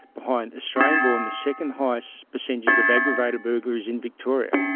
behind australian-born, the second highest percentage of aggravated burglaries in victoria.